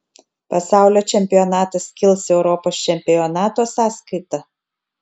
pasaulio čempionatas kils europos čempionato sąskaita